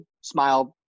smile